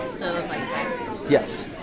Yes